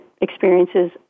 experiences